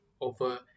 over